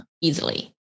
easily